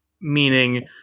meaning